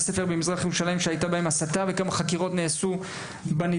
ספר במזרח ירושלים שבהם הייתה הסתה ואת כמות החקירות שנעשו בנידון.